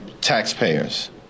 taxpayers